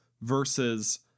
versus